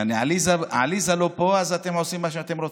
עליזה לא פה, אז אתם עושים מה שאתם רוצים.